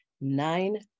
Nine